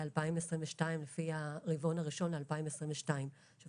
לפי הרבעון הראשון לשנת 2022. עכשיו,